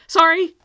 Sorry